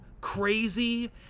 crazy